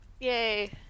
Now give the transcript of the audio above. Yay